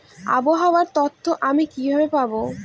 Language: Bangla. আবহাওয়ার তথ্য আমি কিভাবে পাবো?